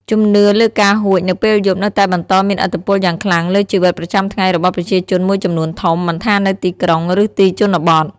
ជំនឿលើការហួចនៅពេលយប់នៅតែបន្តមានឥទ្ធិពលយ៉ាងខ្លាំងលើជីវិតប្រចាំថ្ងៃរបស់ប្រជាជនមួយចំនួនធំ មិនថានៅទីក្រុង ឬទីជនបទ។